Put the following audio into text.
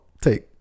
Take